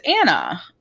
Anna